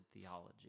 theology